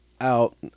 out